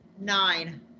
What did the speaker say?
nine